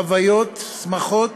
חוויות, שמחות